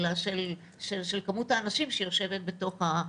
אלא של כמות האנשים שיושבת באוטובוס.